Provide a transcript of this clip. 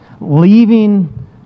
leaving